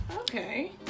Okay